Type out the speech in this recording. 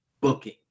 booking